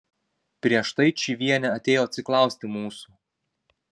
prieš tai čyvienė atėjo atsiklausti mūsų